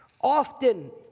Often